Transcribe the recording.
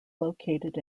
located